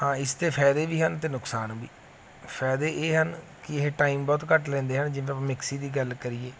ਹਾਂ ਇਸਦੇ ਫਾਇਦੇ ਵੀ ਹਨ ਅਤੇ ਨੁਕਸਾਨ ਵੀ ਫਾਇਦੇ ਇਹ ਹਨ ਕਿ ਇਹ ਟਾਈਮ ਬਹੁਤ ਘੱਟ ਲੈਂਦੇ ਹਨ ਜਿੱਦਾਂ ਆਪਾਂ ਮਿਕਸੀ ਦੀ ਗੱਲ ਕਰੀਏ